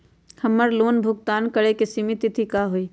हमर लोन भुगतान करे के सिमित तिथि का हई?